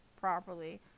properly